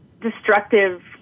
destructive